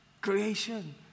creation